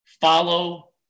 follow